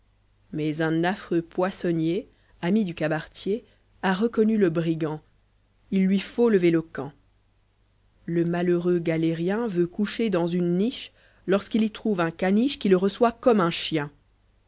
mais un affreux poissonnier ami du cabaretier a reconnu le brigand il lui faut lever le camp le malheureux galérien veut coucher dans une niche lorsqu'il y trouve un câuichp qui è reçoit comme un chien